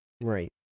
right